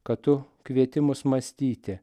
kad tu kvieti mus mąstyti